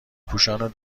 پوشان